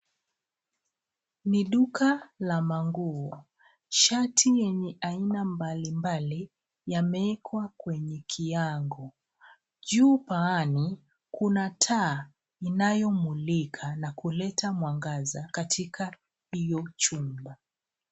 Ni duka la manguo, shati yenye aina mbalimbali yameekwa kwenye kiango. Juu paani, ta inayomulika, na kuleta mwangaza katika hiyo chumba.